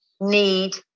need